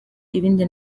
ibindi